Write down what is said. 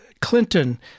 Clinton